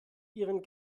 ihren